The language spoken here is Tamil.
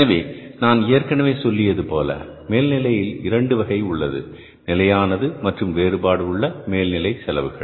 எனவே நான் ஏற்கனவே சொல்லியது போல மேல்நிலையில் இரண்டு வகை உள்ளது நிலையானது மற்றும் வேறுபாடு உள்ள மேல்நிலை செலவுகள்